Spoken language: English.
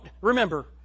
Remember